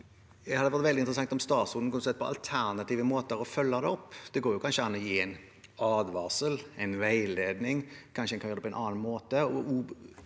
Det hadde vært veldig interessant om statsråden kunne sett på alternative måter å følge det opp på. Det går kanskje an å gi en advarsel, en veiledning, kanskje en kan gjøre det på en annen måte,